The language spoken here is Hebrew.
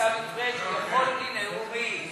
לעיסאווי פריג' שהוא יכול, הנה, הוא הוריד.